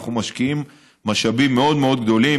ואנחנו משקיעים משאבים מאוד גדולים.